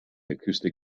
acoustic